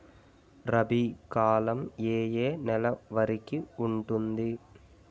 రబీ కాలం ఏ ఏ నెల వరికి ఉంటుంది?